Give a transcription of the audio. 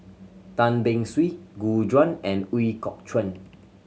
Tan Beng Swee Gu Juan and Ooi Kok Chuen